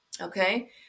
Okay